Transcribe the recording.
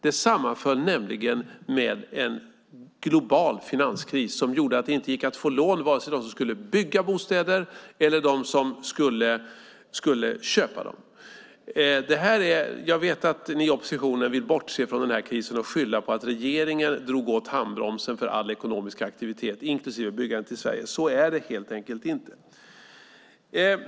Det sammanföll nämligen med en global finanskris som gjorde att det inte gick att få lån vare sig för dem som skulle bygga bostäder eller för dem som skulle köpa bostäder. Jag vet att ni i oppositionen vill bortse från krisen och skylla på att regeringen drog åt handbromsen för all ekonomisk aktivitet, inklusive byggandet i Sverige. Så är det helt enkelt inte.